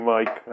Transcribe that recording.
Mike